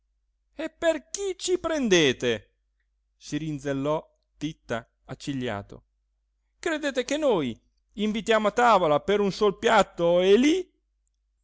e per chi ci prendete si rinzelò titta accigliato credete che noi invitiamo a tavola per un sol piatto e lí